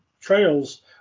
trails